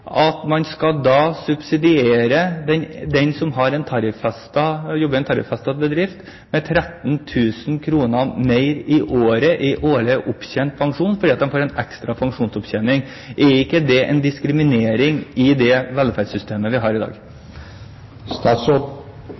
at man da skal subsidiere den som jobber i en bedrift med tariffavtale, med 13 000 kr mer i året i årlig opptjent pensjon fordi de får en ekstra pensjonsopptjening? Er ikke det en diskriminering i det velferdssystemet vi har i dag?